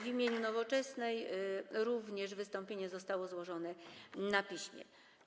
W imieniu Nowoczesnej również wystąpienie zostało złożone na piśmie.